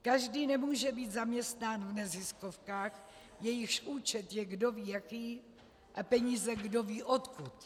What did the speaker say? Každý nemůže být zaměstnán v neziskovkách, jejichž účet je kdovíjaký a peníze kdovíodkud.